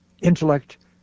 intellect